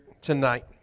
tonight